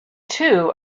two